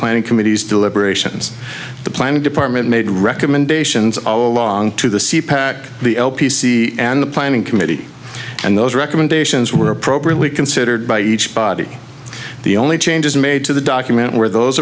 planning committee's deliberations the planning department made recommendations all along to the sea pac the l p c and the planning committee and those recommendations were appropriately considered by each body the only changes made to the document where those